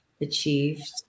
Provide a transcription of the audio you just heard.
achieved